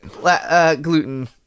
gluten